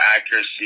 accuracy